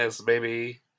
baby